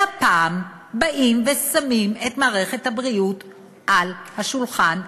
והפעם באים ושמים את מערכת הבריאות על השולחן,